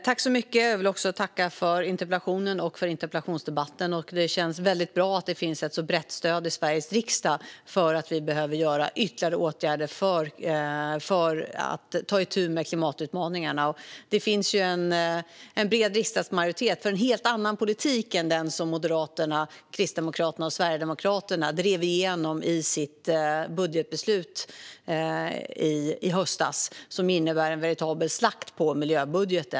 Fru talman! Jag vill tacka för interpellationen och för interpellationsdebatten. Det känns väldigt bra att det finns ett så brett stöd i Sveriges riksdag för att vi behöver vidta ytterligare åtgärder för att ta itu med klimatutmaningarna. Det finns en bred riksdagsmajoritet för en helt annan politik än den som Moderaterna, Kristdemokraterna och Sverigedemokraterna drev igenom i sitt budgetbeslut i höstas och som innebär en veritabel slakt av miljöbudgeten.